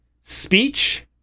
speech